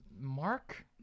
Mark